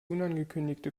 unangekündigte